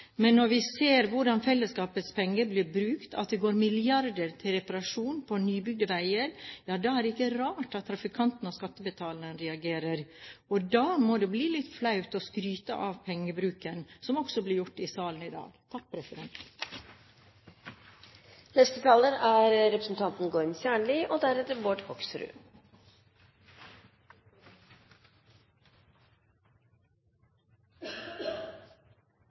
Men når vi ser hvordan fellesskapets penger blir brukt, at det går milliarder til reparasjon av nybygde veier, ja da er det ikke rart at trafikantene og skattebetalerne reagerer. Da må det bli litt flaut å skryte av pengebruken, slik det også blir gjort i salen i dag.